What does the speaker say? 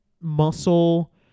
muscle